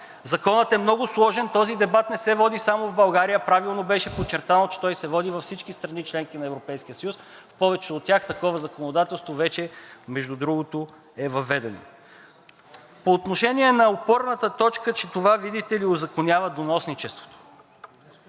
Законът е много сложен. Този дебат не се води само в България. Правилно беше подчертано, че той се води във всички страни – членки на Европейския съюз. В повечето от тях такова законодателство вече, между другото, е въведено. По отношение на опорната точка, че това, видите ли, узаконява доносничеството.